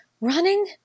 running